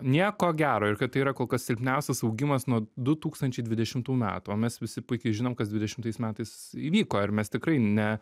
nieko gero ir kad tai yra kol kas silpniausias augimas nuo du tūkstančiai dvidešimtų metų o mes visi puikiai žinom kas dvidešimtais metais įvyko ir mes tikrai ne